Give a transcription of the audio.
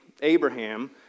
Abraham